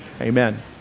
amen